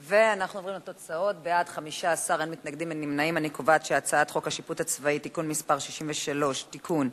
להעביר את הצעת חוק השיפוט הצבאי (תיקון מס' 63) (תיקון),